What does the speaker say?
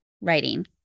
writing